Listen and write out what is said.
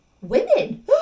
women